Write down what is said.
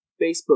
Facebook